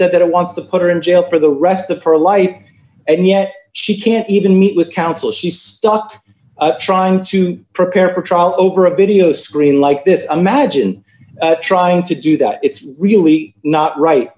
said that it wants to put her in jail for the rest of her life and yet she can't even meet with counsel she's stuck trying to prepare for trial over a video screen like this imagine trying to do that it's really not right